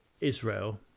Israel